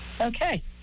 Okay